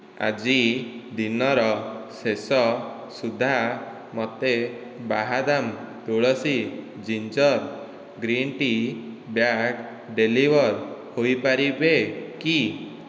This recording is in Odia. ଆଜି ଦିନର ଶେଷ ସୁଦ୍ଧା ମୋତେ ବାହ୍ଦାମ ତୁଳସୀ ginger green tea' bag deliver ହୋଇ ପାରିବେ କି